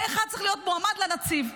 פה אחד צריך להיות מועמד לנציב.